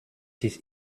ist